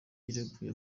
yireguye